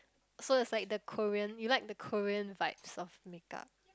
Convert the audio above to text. so it's like the Korean you like the Korean vibes of makeup